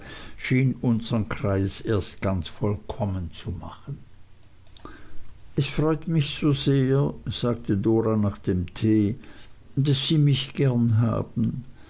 schien unsern kreis erst ganz vollkommen zu machen es freut mich so sehr sagte dora nach dem tee daß sie mich gern haben